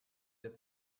der